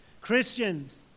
Christians